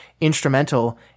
instrumental